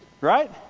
right